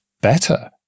better